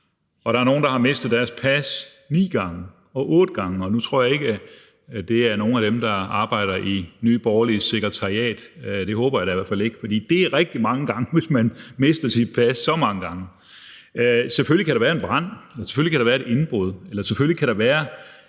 og der er nogle, der har mistet deres pas 9 gange og andre 8 gange. Nu tror jeg ikke, at det er nogle af dem, der arbejder i Nye Borgerliges sekretariat. Det håber jeg da i hvert fald ikke, for det er rigtig mange gange, hvis man mister sit pas så mange gange. Selvfølgelig kan der være en brand, selvfølgelig kan det være et indbrud, selvfølgelig kan der være